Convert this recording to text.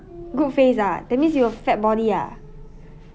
good face ah that means you have fat body ah